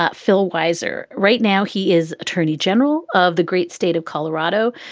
ah phil wiser. right now, he is attorney general of the great state of colorado.